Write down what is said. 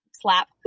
slap